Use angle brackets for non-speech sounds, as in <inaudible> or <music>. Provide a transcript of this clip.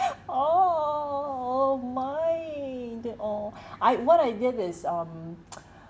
<breath> oh my dear oh <breath> I what I did is um <noise>